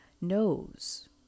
knows